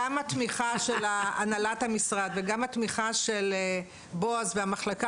גם התמיכה של הנהלת המשרד וגם התמיכה של בועז והמחלקה